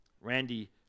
Randy